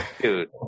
Dude